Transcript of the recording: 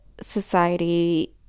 society